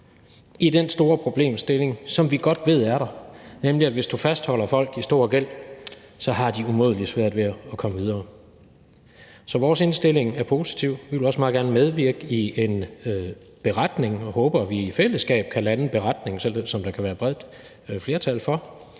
i den store problemstilling, som vi godt ved er der, nemlig at hvis du fastholder folk i stor gæld, så har de umådelig svært ved at komme videre. Så vores indstilling er positiv. Vi vil også meget gerne være med i en beretning og håber, at vi i fællesskab kan lande en beretning, som der kan være et bredt flertal for.